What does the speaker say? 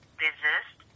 resist